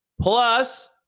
Plus